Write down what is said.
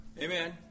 Amen